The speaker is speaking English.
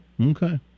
Okay